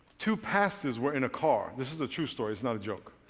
two pastors were in a car. this is a true story. it's not a joke.